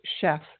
chef